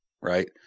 Right